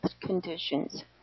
conditions